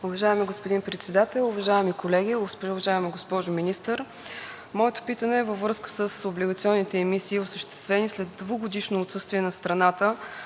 Уважаеми господин Председател, уважаеми колеги, уважаема госпожо Министър! Моето питане е във връзка с облигационните емисии, осъществени след двугодишно отсъствие на страната